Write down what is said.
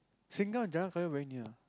sengkang and Jalan-Kayu very near